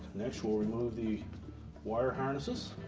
next, we'll remove the wire harnesses.